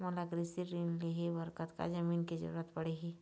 मोला कृषि ऋण लहे बर कतका जमीन के जरूरत पड़ही?